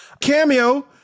Cameo